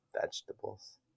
vegetables